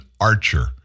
Archer